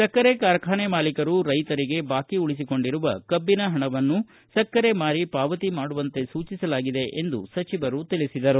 ಸಕ್ಕರೆ ಕಾರ್ಖಾನೆ ಮಾಲೀಕರು ರೈತರಿಗೆ ಬಾಕಿ ಉಳಿಸಿಕೊಂಡಿರುವ ಕಬ್ಬಿನ ಹಣವನ್ನು ಸಕ್ಕರೆ ಮಾರಿ ಪಾವತಿ ಮಾಡುವಂತೆ ಸೂಚಿಸಲಾಗಿದೆ ಎಂದು ಸಚಿವರು ತಿಳಿಸಿದರು